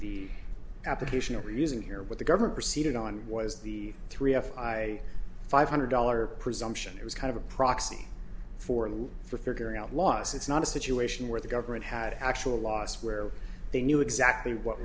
the application of reason here with the government proceeded on was the three f i five hundred dollars presumption it was kind of a proxy for the for figuring out laws it's not a situation where the government had actual loss where they knew exactly what